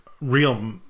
real